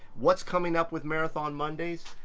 what's coming up with marathon mondays?